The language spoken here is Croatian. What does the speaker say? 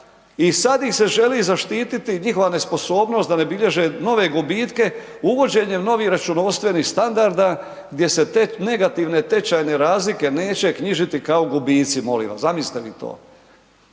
i sad ih se želi zaštititi, njihova nesposobnost da ne bilježe nove gubitke uvođenjem novih računovodstvenih standarda gdje se te negativne tečajne razlike neće knjižiti kao gubici, molim vas, zamislite vi to.